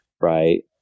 right